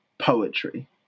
poetry